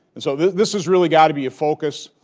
and so this this has really got to be a focus.